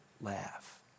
laugh